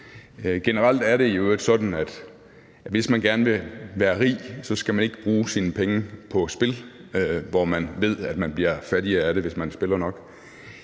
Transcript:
Generelt er det i øvrigt sådan, at hvis man gerne vil være rig, så skal man ikke bruge sine penge på spil, for man ved, at man bliver fattigere af det, hvis man spiller nok.